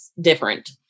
different